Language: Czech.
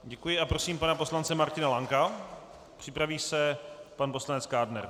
Děkuji a prosím pana poslance Martina Lanka, připraví se pan poslanec Kádner.